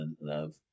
love